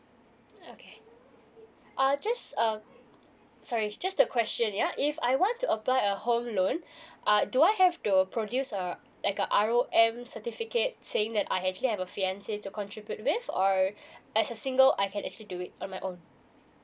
okay uh just uh sorry just the question ya if I want to apply a home loan uh do I have to produce a like a R_O_M certificate saying that I actually have a fiancée to contribute with or as a single I can actually do it on my own